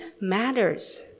matters